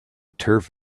turf